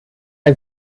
ein